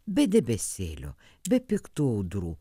be debesėlio be piktų audrų